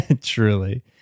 Truly